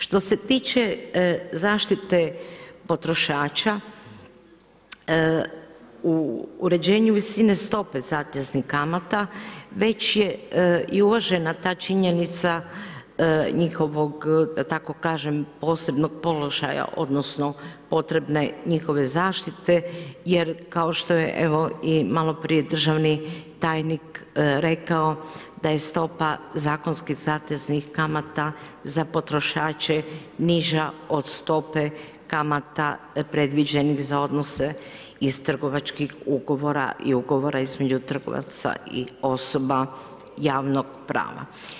Što se tiče zaštite potrošača u uređenju visine stope zateznih kamata već je i uvažena ta činjenica njihovog da tako kažem posebnog položaja odnosne potrebne njihove zaštite jer kao što je maloprije i državni tajnik rekao da je stopa zakonski zateznih kamata za potrošače niža od stope kamata predviđenih za odnose iz trgovačkih ugovora i ugovora između trgovaca i osoba javnog prava.